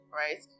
right